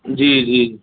जी जी